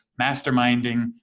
masterminding